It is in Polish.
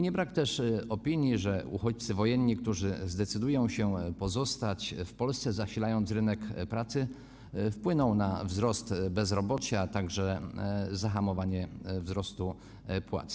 Nie brak też opinii, że uchodźcy wojenni, którzy zdecydują się pozostać w Polsce, zasilając rynek pracy, wpłyną na wzrost bezrobocia, a także zahamowanie wzrostu płac.